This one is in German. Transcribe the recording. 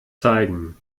zeigen